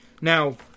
Now